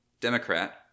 Democrat